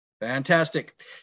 Fantastic